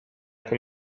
con